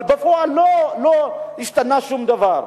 אבל בפועל לא השתנה שום דבר.